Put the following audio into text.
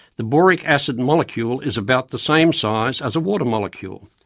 the boric acid molecule is about the same size as a water molecule.